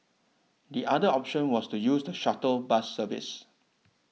the other option was to use the shuttle bus services